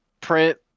print